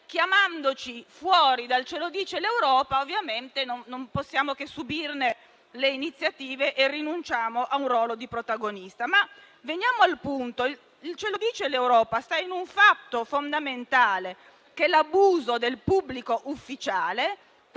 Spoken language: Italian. chiamandoci fuori dal «ce lo dice l'Europa» non possiamo che subirne le iniziative e rinunciamo a un ruolo da protagonisti. Veniamo però al punto: il «ce lo dice l'Europa» sta in un fatto fondamentale, cioè che l'abuso del pubblico ufficiale, per